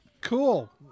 Cool